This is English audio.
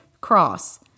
cross